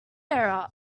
error